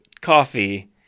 coffee